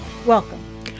Welcome